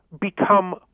become